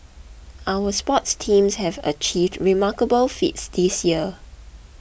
our sports teams have achieved remarkable feats this year